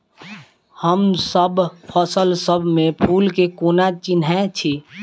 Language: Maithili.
हमसब फसल सब मे फूल केँ कोना चिन्है छी?